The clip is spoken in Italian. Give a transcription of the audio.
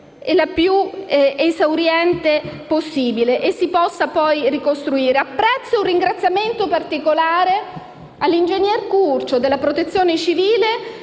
e la più esauriente possibile e si possa poi ricostruire. Rivolgo un ringraziamento particolare all'ingegner Curcio, della Protezione civile,